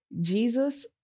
Jesus